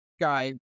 guy